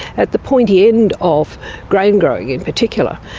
at the pointy end of grain growing in particular.